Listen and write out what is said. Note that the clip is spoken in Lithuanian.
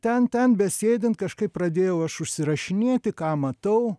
ten ten besėdint kažkaip pradėjau aš užsirašinėti ką matau